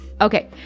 Okay